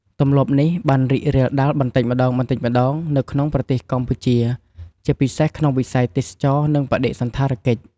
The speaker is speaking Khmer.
ទម្លាប់នេះបានរីករាលដាលបន្តិចម្ដងៗនៅក្នុងប្រទេសកម្ពុជា ជាពិសេសក្នុងវិស័យទេសចរណ៍ និងបដិសណ្ឋារកិច្ច។